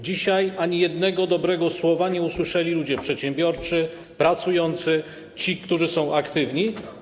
Dzisiaj ani jednego dobrego słowa nie usłyszeli ludzie przedsiębiorczy, pracujący, ci, którzy są aktywni.